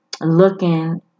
looking